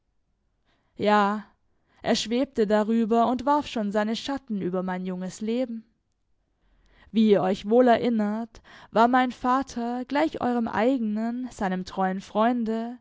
ja er schwebte darüber und warf schon seine schatten über mein junges leben wie ihr euch wohl erinnert war mein vater gleich eurem eigenen seinem treuen freunde